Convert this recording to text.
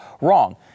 wrong